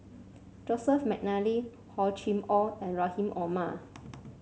Joseph McNally Hor Chim Or and Rahim Omar